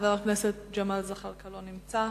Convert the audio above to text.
חבר הכנסת ג'מאל זחאלקה, לא נמצא.